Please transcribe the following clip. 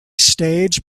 stage